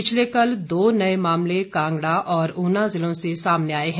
पिछले कल दो नए मामले कांगड़ा और ऊना जिलों से सामने आए हैं